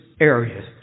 Areas